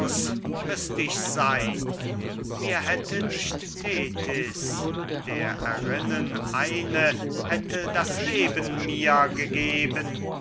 mir hätte nicht thetis der erinen eine hätte das leben mir gegeben